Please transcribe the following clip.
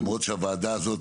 למרות שהוועדה הזאת,